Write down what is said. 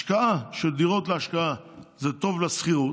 השקעה בדירות להשקעה זה טוב לשכירות,